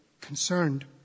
concerned